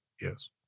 yes